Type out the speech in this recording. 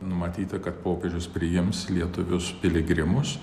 numatyta kad popiežius priims lietuvius piligrimus